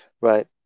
right